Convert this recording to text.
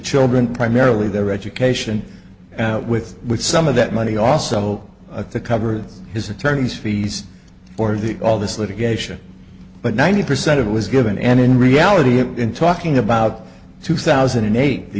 children primarily their education with which some of that money also to cover his attorneys fees or the all this litigation but ninety percent of it was given and in reality in talking about two thousand and eight the